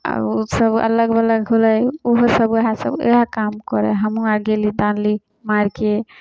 आब ओसभ अलग बगल होलै ओहोसभ ओहेसब ओहे काम करै हइ हमहूँ आर गेली तऽ आनली मारिके